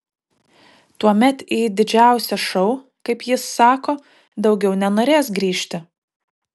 tuomet į didžiausią šou kaip jis sako daugiau nenorės grįžti